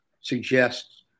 suggests